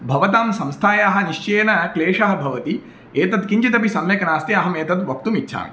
भवतां संस्थायाः निश्चयेन क्लेषः भवति एतद् किञ्चिदपि सम्यक् नास्ति अहम् एतद् वक्तुम् इच्छामि